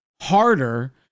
harder